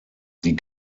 die